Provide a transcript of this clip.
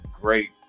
great